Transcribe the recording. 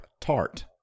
tart